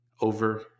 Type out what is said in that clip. Over